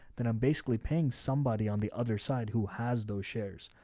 then i'm basically paying somebody on the other side who has those shares.